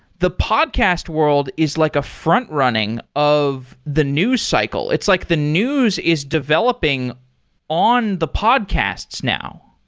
the podcast world is like a front-running of the news cycle. it's like the news is developing on the podcasts now.